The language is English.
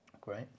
Great